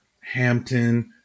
Hampton